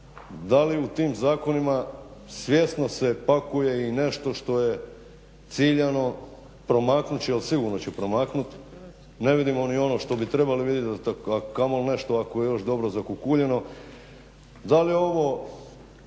da li u tim zakonima svjesno se pakuje i nešto što je ciljano promaknut ću, a sigurno ću promaknut. Ne vidimo ni ono što bi trebali vidjet, a kamoli nešto oko je još dobro zakokuljeno. Zar je ovo